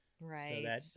right